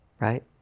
right